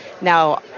Now